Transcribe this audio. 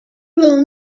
will